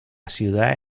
ciudad